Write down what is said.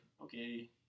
Okay